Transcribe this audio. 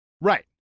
Right